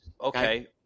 Okay